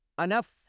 enough